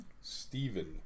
Steven